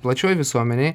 plačioj visuomenėj